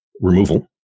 removal